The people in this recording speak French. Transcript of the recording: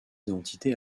d’identité